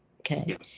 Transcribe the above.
Okay